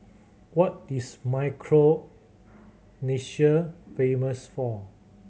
what is Micronesia famous for